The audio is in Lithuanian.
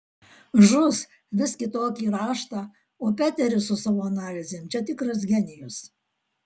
žus vis kitokį raštą o peteris su savo analizėm čia tikras genijus